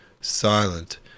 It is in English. silent